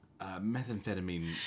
Methamphetamine